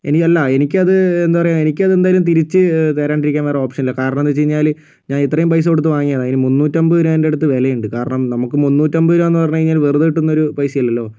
എനിക്ക് അല്ല എനിക്ക് അത് എന്താ പറയുക എനിക്ക് അത് എന്തായാലും തിരിച്ച് താരാണ്ടിരിക്കാൻ വേറെ ഓപ്ഷൻ ഇല്ല കാരണം എന്താണെന്ന് വെച്ച് കഴിഞ്ഞാൽ ഞാൻ ഇത്രയും പൈസ കൊടുത്ത് വാങ്ങിയത് അതിന് മുന്നൂറ്റി അമ്പത് രൂപ അതിൻ്റെ അടുത്ത് വിലയുണ്ട് കാരണം നമുക്ക് മുന്നൂറ്റി അമ്പത് രൂപ എന്ന് പറഞ്ഞു കഴിഞ്ഞാൽ വെറുതെ കിട്ടുന്ന ഒരു പൈസ അല്ലല്ലോ